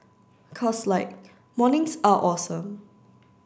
cause like mornings are awesome